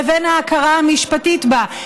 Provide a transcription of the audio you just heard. לבין ההכרה המשפטית בה,